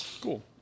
Cool